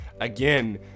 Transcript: again